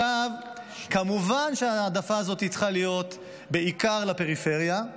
כמובן שההעדפה הזאת צריכה להיות בעיקר לפריפריה,